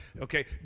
Okay